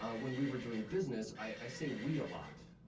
um when we were doing business i say we a lot,